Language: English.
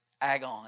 agon